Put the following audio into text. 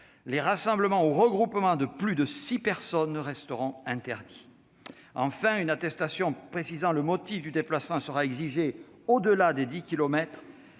les rassemblements ou regroupements de plus de six personnes resteront interdits. Enfin, une attestation précisant le motif du déplacement sera exigée au-delà des dix